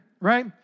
right